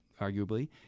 arguably